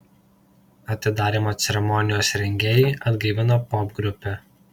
atidarymo ceremonijos rengėjai atgaivino popgrupę